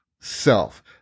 Self